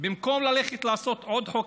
ובמקום ללכת לעשות עוד חוק,